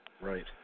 Right